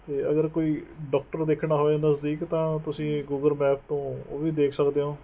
ਅਤੇ ਅਗਰ ਕੋਈ ਡੋਕਟਰ ਦੇਖਣਾ ਹੋਵੇ ਨਜ਼ਦੀਕ ਤਾਂ ਤੁਸੀਂ ਗੂਗਲ ਮੈਪ ਤੋਂ ਉਹ ਵੀ ਦੇਖ ਸਕਦੇ ਓ